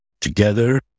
together